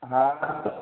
ہاں